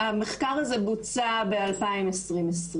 המחקר הזה בוצע ב-2020, ושוב,